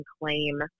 claim